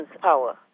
power